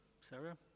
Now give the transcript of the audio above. Sarah